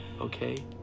okay